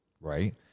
right